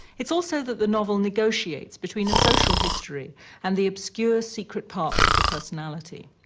it's also that the novel negotiates between a social history and the obscure secret parts of the personality.